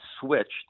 switched